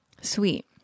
Sweet